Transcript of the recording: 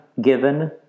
given